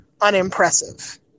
unimpressive